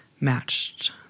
matched